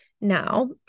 Now